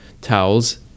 towels